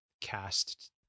cast